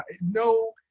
No